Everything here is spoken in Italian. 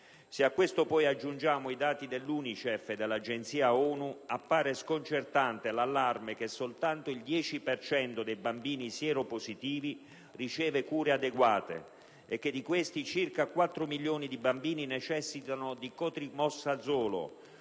Se a questo poi aggiungiamo i dati dell'UNICEF e dell'Agenzia ONU, appare sconcertante l'allarme che soltanto il 10 per cento dei bambini sieropositivi riceve cure adeguate, e che, di questi, circa 4 milioni necessitano del cotrimoxazolo,